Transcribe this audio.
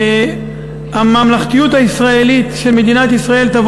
תבוא לידי ביטוי הממלכתיות הישראלית של מדינת ישראל.